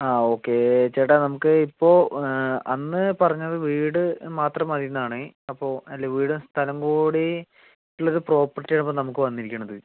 ആഹ് okay ചേട്ടാ നമുക്ക് ഇപ്പോൾ അന്ന് പറഞ്ഞത് വീട് മാത്രം മതി എന്നാണ് അപ്പോൾ അല്ല വീടും സ്ഥലം കൂടി ഉള്ളത് പ്രോപ്പർട്ടി ആണ് ഇപ്പോൾ നമുക്ക് വന്നിരിക്കുന്നത്